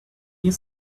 you